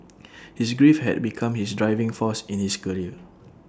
his grief had become his driving force in his career